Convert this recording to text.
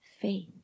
faith